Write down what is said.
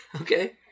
Okay